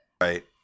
Right